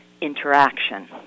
interaction